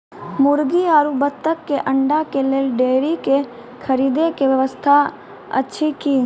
मुर्गी आरु बत्तक के अंडा के लेल डेयरी के खरीदे के व्यवस्था अछि कि?